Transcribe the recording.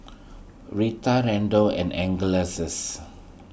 Reta Randall and Angeleses